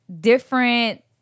different